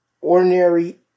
ordinary